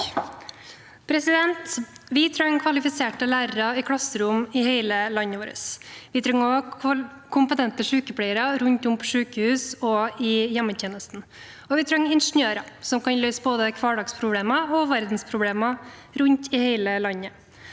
Vi trenger kvalifiserte lærere i klasserom i hele landet vårt. Vi trenger også kompetente sykepleiere rundt om på sykehus og i hjemmetjenesten, og vi trenger ingeniører som kan løse både hverdagsproblemer og verdensproblemer rundt i hele landet.